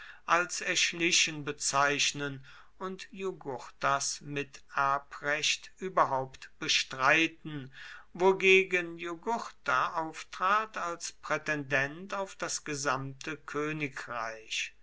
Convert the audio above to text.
als erschlichen bezeichnen und jugurthas miterbrecht überhaupt bestreiten wogegen jugurtha auftrat als prätendent auf das gesamte königreich